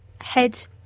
head